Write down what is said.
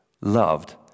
loved